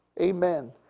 Amen